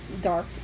dark